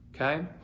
okay